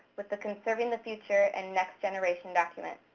with the conserving the future and next generation document.